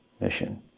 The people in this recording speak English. mission